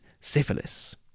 syphilis